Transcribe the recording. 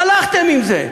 הלכתם עם זה.